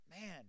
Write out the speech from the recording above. man